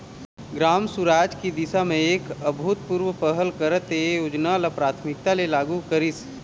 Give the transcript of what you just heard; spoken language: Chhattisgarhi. ग्राम सुराज की दिशा म एक अभूतपूर्व पहल करत ए योजना ल प्राथमिकता ले लागू करिस